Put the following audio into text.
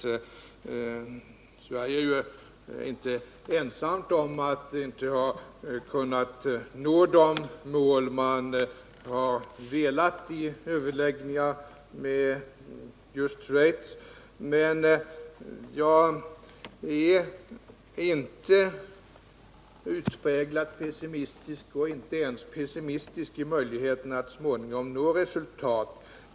Sverige är ju inte ensamt om att — art bekämpa vissa inte ha kunnat nå de mål man har uppsatt i överläggningarna med just — internationella Schweiz. Jag är dock inte pessimistisk beträffande möjligheterna att så skattebrott småningom nå en överenskommelse.